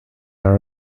are